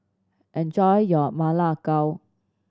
enjoy your Ma Lai Gao